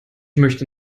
möchte